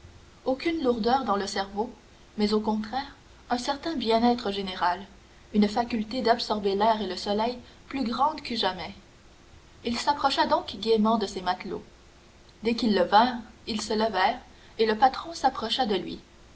aucune lourdeur dans le cerveau mais au contraire un certain bien-être général une faculté d'absorber l'air et le soleil plus grande que jamais il s'approcha donc gaiement de ses matelots dès qu'ils le revirent ils se levèrent et le patron s'approcha de lui